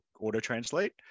auto-translate